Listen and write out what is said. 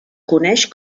coneix